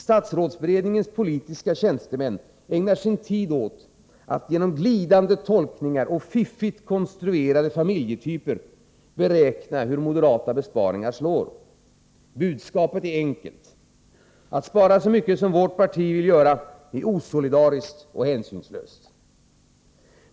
Statsrådsberedningens politiska tjänstemän ägnar sin tid åt att genom glidande tolkningar och fiffigt kontruerade familjetyper beräkna hur moderata besparingar slår. Budskapet är enkelt: Att spara så mycket som vårt parti vill göra är osolidariskt och hänsynslöst.